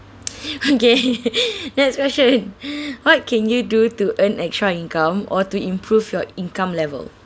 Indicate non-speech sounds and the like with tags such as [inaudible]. okay [laughs] next question [breath] what can you do to earn extra income or to improve your income level